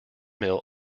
mill